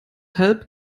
help